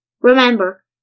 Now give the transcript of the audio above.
Remember